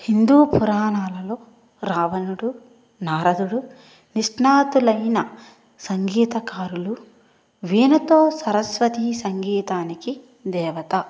హిందూ పురాణాలలో రావణుడు నారదుడు నిష్ణాతులైన సంగీతకారులు వీణతో సరస్వతి సంగీతానికి దేవత